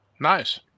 Nice